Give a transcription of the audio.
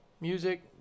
music